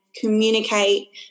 communicate